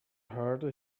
harder